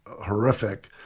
horrific